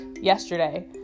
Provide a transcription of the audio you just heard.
yesterday